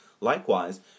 Likewise